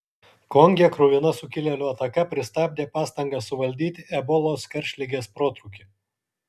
konge kruvina sukilėlių ataka pristabdė pastangas suvaldyti ebolos karštligės protrūkį